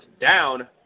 down